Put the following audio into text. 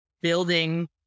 building